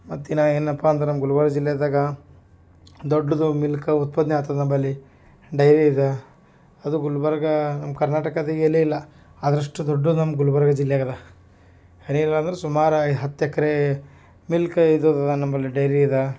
ಮತ್ತು ಇನ್ನು ಏನಪ್ಪಾ ಅಂದ್ರೆ ನಮ್ಮ ಗುಲ್ಬರ್ಗ ಜಿಲ್ಲೆದಾಗ ದೊಡ್ದದು ಮಿಲ್ಕ್ ಉತ್ಪಾದನೆ ಆಗ್ತದ ನಂಬಲ್ಲಿ ಡೈರಿ ಇದೆ ಅದು ಗುಲ್ಬರ್ಗ ನಮ್ಮ ಕರ್ನಾಟಕದಾಗೆ ಎಲ್ಲು ಇಲ್ಲ ಅದರಷ್ಟು ದೊಡ್ಡದು ನಮ್ಮ ಗುಲ್ಬರ್ಗ ಜಿಲ್ಲೆಯಾಗದ ಅದೇನಿಲ್ಲ ಅಂದರು ಸುಮಾರು ಹತ್ತು ಎಕ್ರೇ ಮಿಲ್ಕ್ ಇದರ್ದು ನಂಬಲ್ಲಿ ಡೈರಿ ಇದು